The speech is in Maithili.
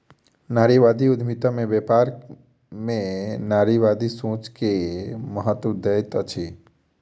नारीवादी उद्यमिता में व्यापार में नारीवादी सोच के महत्त्व दैत अछि